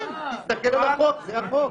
תסתכל על החוק, זה החוק.